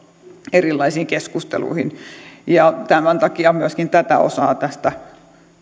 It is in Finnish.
erilaisiin keskusteluihin ja tämän takia myöskin tätä osaa tästä